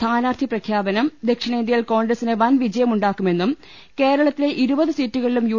സ്ഥാനാർഥി പ്രഖ്യാപനം ദക്ഷിണേന്തൃയിൽ കോൺഗ്രസിന് വൻവിജയമുണ്ടാക്കുമെന്ന് കേരളത്തിലെ ഇരുപത് സീറ്റുകളിലും യു